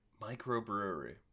Microbrewery